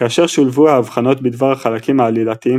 כאשר שולבו האבחנות בדבר החלקים העלילתיים